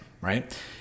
right